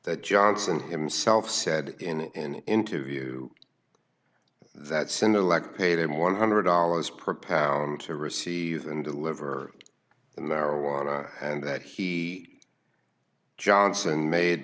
that johnson himself said in an interview that sen lek paid him one hundred dollars per pound to receive and deliver marijuana and that he johnson made